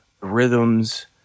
rhythms